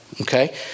Okay